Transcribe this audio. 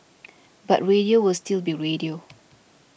but radio will still be radio